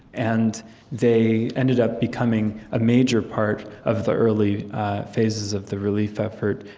and they ended up becoming a major part of the early phases of the relief effort,